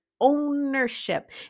ownership